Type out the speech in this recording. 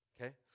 okay